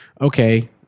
okay